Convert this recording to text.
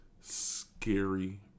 scary